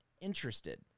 interested